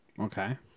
Okay